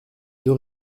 deux